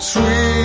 Sweet